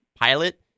pilot